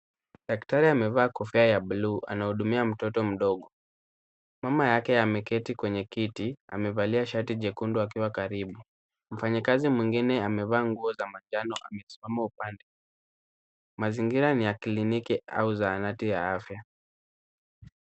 Daktari amevaa kofia ya buluu anahudumia mtoto mdogo. Mama yake ameketi kwenye kiti, amevalia shati jekundu akiwa karibu. Mfanyikazi mwingine amevalia shati ya manjano amesimama upande. Mazingira ni ya kliniki au zahanati ya afya.